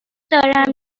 دارم